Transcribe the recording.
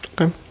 Okay